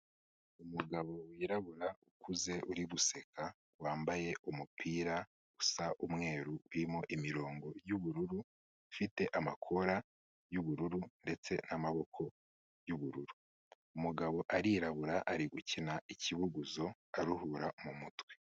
Umugabo wirabura ukuze uri guseka, wambaye umupira usa umweru urimo imirongo y'ubururu ufite amakora y'ubururu ndetse n'amaboko y'ubururu, umugabo arirabura ari gukina ikibuguzo aruhura mu mutwe.